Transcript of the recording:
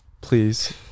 please